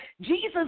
Jesus